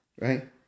right